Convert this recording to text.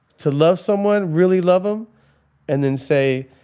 to love someone really love him and then say,